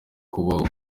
kubaho